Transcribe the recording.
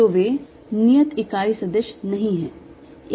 तो वे नियत इकाई सदिश नहीं हैं